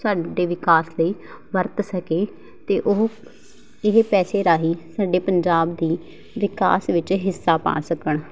ਸਾਡੇ ਵਿਕਾਸ ਲਈ ਵਰਤ ਸਕੇ ਅਤੇ ਉਹ ਇਹ ਪੈਸੇ ਰਾਹੀਂ ਸਾਡੇ ਪੰਜਾਬ ਦੀ ਵਿਕਾਸ ਵਿੱਚ ਹਿੱਸਾ ਪਾ ਸਕਣ